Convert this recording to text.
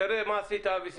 תראה מה עשית אבי שמחון.